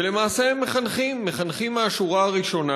ולמעשה הם מחנכים, מחנכים מהשורה הראשונה.